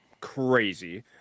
crazy